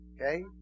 Okay